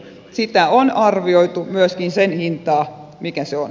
sitä on arvioitu myöskin sen hintaa mikä se on